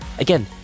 Again